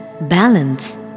balance